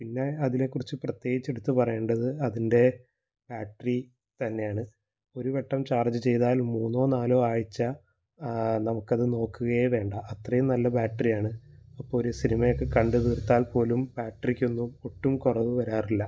പിന്നേ അതിനെ കുറിച്ച് പ്രത്യേകിച്ച് എടുത്തു പറയേണ്ടത് അതിൻ്റെ ബാറ്ററി തന്നെയാണ് ഒരുവട്ടം ചാർജ് ചെയ്താൽ മൂന്നോ നാലോ ആഴ്ച നമുക്ക് അതു നോക്കുകയേ വേണ്ട അത്രയും നല്ല ബാറ്ററിയാണ് അപ്പോൾ ഒരു സിനിമയൊക്കെ കണ്ടുതീർത്താൽ പോലും ബാറ്ററിക്ക് ഒന്നും ഒട്ടും കുറവു വരാറില്ല